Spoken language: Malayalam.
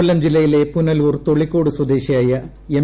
കൊല്ലം ജില്ലയിലെ പുനലൂർ തൊളിക്കോട് സ്വദേശിയായ എം